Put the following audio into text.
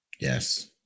Yes